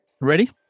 Ready